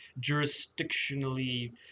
jurisdictionally